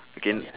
again